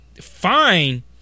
fine